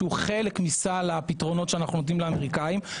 שהוא חלק מסל הפתרונות שאנחנו נותנים לאמריקנים,